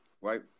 right